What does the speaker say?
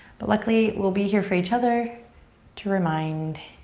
but luckily we'll be here for each other to remind.